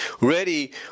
ready